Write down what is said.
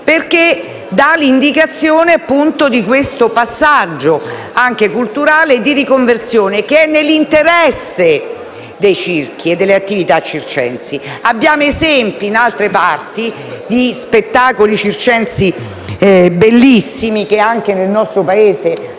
- dà l'indicazione di questo passaggio anche culturale di riconversione che è nell'interesse dei circhi e delle attività circensi. Abbiamo esempi, in altre parte del mondo, di spettacoli circensi bellissimi, che anche nel nostro Paese